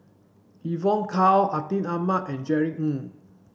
Evon Kow Atin Amat and Jerry Ng